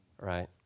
Right